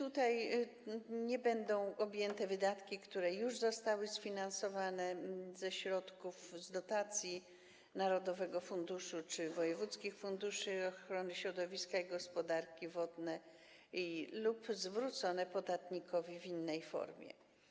Ulgą nie będą objęte wydatki, które już zostały sfinansowane w formie dotacji ze środków narodowego funduszu czy wojewódzkich funduszy ochrony środowiska i gospodarki wodnej lub zwrócone podatnikowi w innej formie.